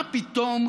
מה פתאום?